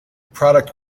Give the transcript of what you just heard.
product